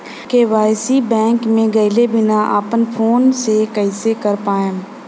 KYC bank मे गएले बिना अपना फोन से कइसे कर पाएम?